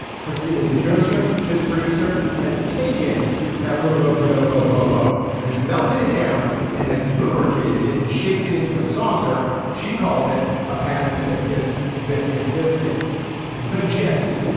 christina derosa just producer has taken that robo bonobo hobo and has melted it down and has lubricated it and shaped it into a saucer. she calls it a pan penis. guest fiscus discus the gist.